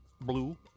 blue